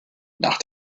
nach